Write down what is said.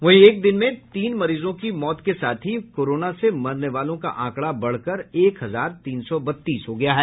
वहीं एक दिन में तीन मरीजों की मौत के साथ ही कोरोना से मरने वालों का आंकड़ा बढ़कर एक हजार तीन सौ बत्तीस हो गया है